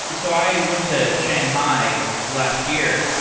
so i went to shanghai last year,